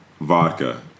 Vodka